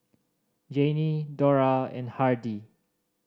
Janie Dora and Hardie